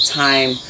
time